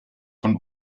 von